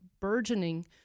burgeoning